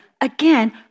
again